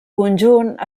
conjunt